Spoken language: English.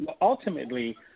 Ultimately